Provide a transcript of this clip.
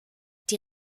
die